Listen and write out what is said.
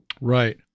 right